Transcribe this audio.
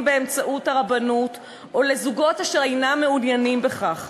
באמצעות הרבנות או לזוגות אשר אינם מעוניינים בכך.